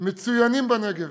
מצוינים בנגב,